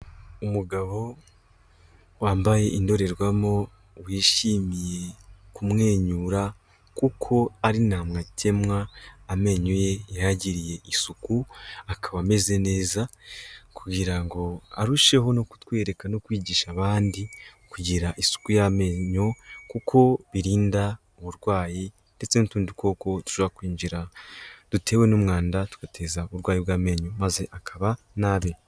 Umugabo wambaye indorerwamo wishimiye kumwenyura, kuko ari ntamakemwa amenyo ye yayagiriye isuku akaba ameze neza kugira ngo arusheho no kutwereka no kwigisha abandi, kugira isuku y'amenyo kuko birinda uburwayi ndetse n'utundi dukoko dushobora kwinjira dutewe n'umwanda, tugateza uburwayi bw'amenyo maze akaba nabi.